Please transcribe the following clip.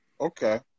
Okay